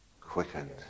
quickened